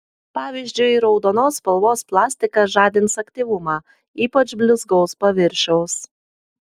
pavyzdžiui raudonos spalvos plastikas žadins aktyvumą ypač blizgaus paviršiaus